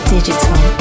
Digital